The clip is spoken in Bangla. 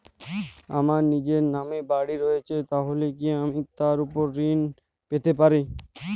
আমার নিজের নামে বাড়ী রয়েছে তাহলে কি আমি তার ওপর ঋণ পেতে পারি?